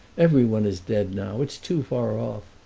everyone is dead now it's too far off.